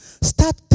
Start